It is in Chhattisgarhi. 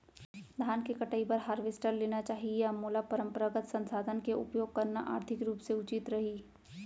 धान के कटाई बर हारवेस्टर लेना चाही या मोला परम्परागत संसाधन के उपयोग करना आर्थिक रूप से उचित रही?